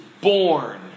born